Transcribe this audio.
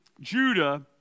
Judah